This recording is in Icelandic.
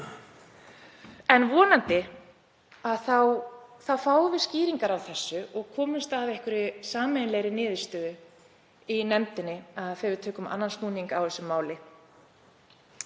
En vonandi fáum við skýringar á þessu og komumst að einhverri sameiginlegri niðurstöðu í nefndinni þegar við tökum annan snúning á þessu máli.